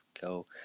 Go